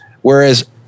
Whereas